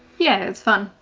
yeah, it's fun.